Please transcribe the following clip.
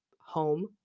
home